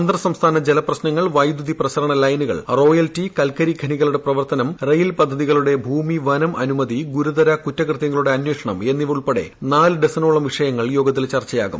അന്തർ സംസ്ഥാന ജല പ്രശ്നങ്ങൾ വൈദ്യുതി പ്രസരണ ലൈനുകൾ റോയൽറ്റി കൽക്കരി ഖനികളുടെ പ്രവർത്തനം റെയിൽ പദ്ധതികളുടെ ഭൂമി വനം അനുമതി ഗുരുതര കുറ്റകൃത്യങ്ങളുടെ അന്വേഷണം എന്നിവ ഉൾപ്പെടെ നാല് ഡസനോളം വിഷയങ്ങൾ യോഗത്തിൽ ചർച്ചയാകും